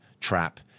Trap